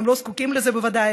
הם לא זקוקים לזה בוודאי,